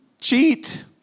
cheat